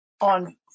on